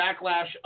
backlash